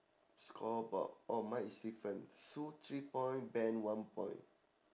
scoreboard oh mine is different sue three point ben one point